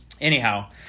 anyhow